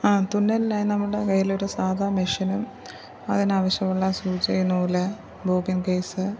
ആ തുന്നലിനായി നമ്മുടെ കൈയില് ഒരു സാധാ മെഷീനും അതിനാവശ്യമുള്ള സൂചി നൂല് ബോബിൻ കേസ്